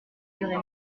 durée